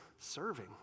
serving